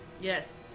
Yes